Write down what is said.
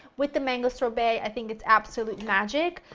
with the mango sorbet, i think it's absolute magic.